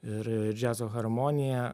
ir ir džiazo harmoniją